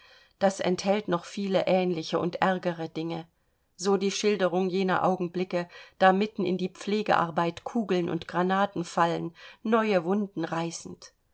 das enthält noch viele ähnliche und ärgere dinge so die schilderung jener augenblicke da mitten in die pflegearbeit kugeln und granaten fallen neue wunden reißend